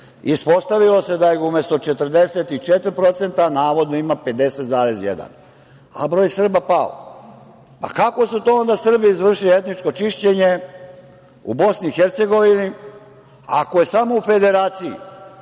Ispostavilo se da je umesto 44%, navodno ima 50,1%, a broj Srba pao. Kako su to onda Srbi izvršili etničko čišćenje u BiH ako je samo u Federaciji